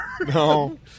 No